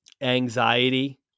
anxiety